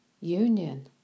union